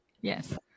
yes